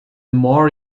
more